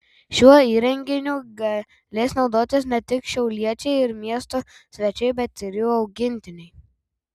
šiuo įrenginiu galės naudotis ne tik šiauliečiai ir miesto svečiai bet ir jų augintiniai